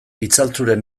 itzaltzuren